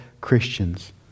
Christians